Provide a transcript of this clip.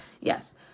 Yes